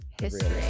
History